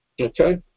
Okay